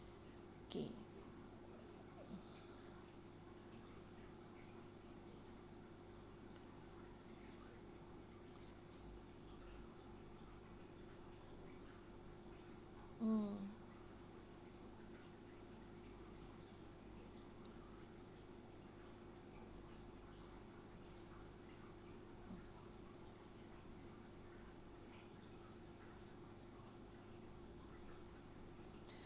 okay mm